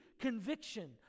conviction